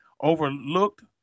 overlooked